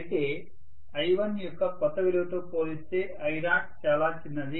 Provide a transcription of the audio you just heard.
అయితే I1 యొక్క క్రొత్త విలువతో పోలిస్తే I0 చాలా చిన్నది